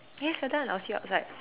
yes we're done I'll see you outside